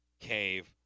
Cave